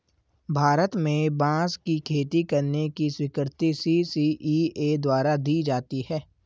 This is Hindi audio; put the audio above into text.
भारत में बांस की खेती करने की स्वीकृति सी.सी.इ.ए द्वारा दी जाती है